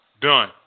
done